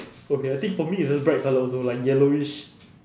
okay I think for me it's just bright colour also like yellowish